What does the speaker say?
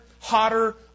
hotter